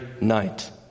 night